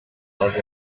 maze